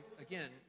again